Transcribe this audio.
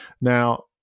Now